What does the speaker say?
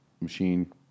machine